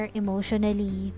emotionally